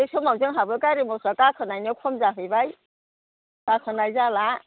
बे समाव जोंहाबो गारि मटर गोखोनायाबो खम जाहैबाय गाखोनाय जाला